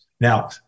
Now